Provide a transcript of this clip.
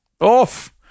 Off